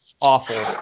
awful